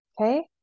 Okay